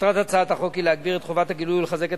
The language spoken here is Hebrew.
מטרת הצעת החוק היא להגביר את חובות הגילוי ולחזק את